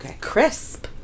Crisp